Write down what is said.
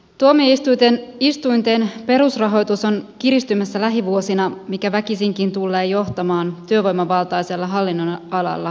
tuomioistuinten perusrahoitus on kiristymässä lähivuosina mikä väkisinkin tullee johtamaan työvoimavaltaisella hallinnonalalla henkilöstöleikkauksiin